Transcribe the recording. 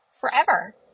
forever